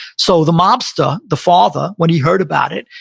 so the mobster, the father, when he heard about it,